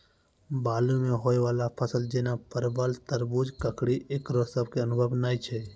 बालू मे होय वाला फसल जैना परबल, तरबूज, ककड़ी ईकरो सब के अनुभव नेय छै?